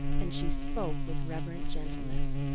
and she spoke with reverent gentleness.